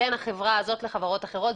בין החברה הזאת לחברות אחרות,